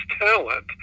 talent